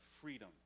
freedom